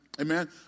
Amen